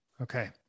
Okay